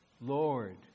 Lord